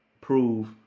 prove